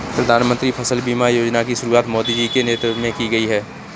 प्रधानमंत्री फसल बीमा योजना की शुरुआत मोदी जी के नेतृत्व में की गई है